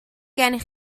gennych